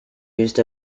used